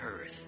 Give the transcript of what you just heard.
earth